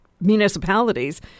municipalities